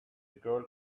girl